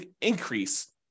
increase